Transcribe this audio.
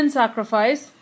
sacrifice